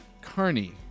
Carney